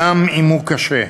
גם אם הוא קשה.